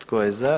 Tko je za?